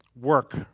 work